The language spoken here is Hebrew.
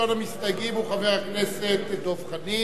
ראשון המסתייגים הוא חבר הכנסת דב חנין.